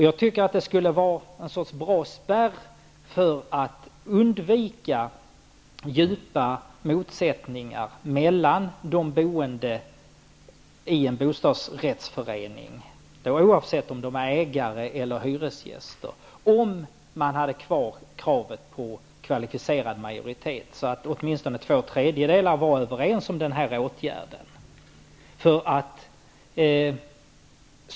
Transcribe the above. Jag tycker att det skulle vara en bra spärr för att undvika djupa motsättningar mellan de boende i en bostadsrättsförening -- oavsett om de är ägare eller hyresgäster -- om man hade kvar kravet på kvalificerad majoritet, så att åtminstone två tredjedelar var överens om den här åtgärden.